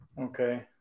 Okay